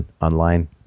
online